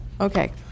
Okay